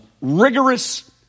rigorous